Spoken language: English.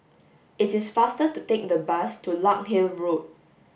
it's is faster to take the bus to Larkhill Road